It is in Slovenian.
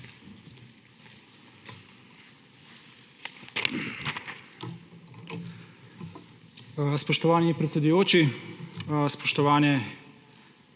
Spoštovani predsedujoči, spoštovane